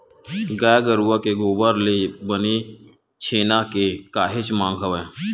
गाय गरुवा के गोबर ले बने छेना के काहेच मांग हवय